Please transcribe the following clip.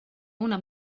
una